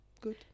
good